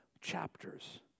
chapters